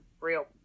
real